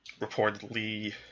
reportedly